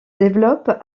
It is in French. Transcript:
développe